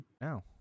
now